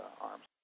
arms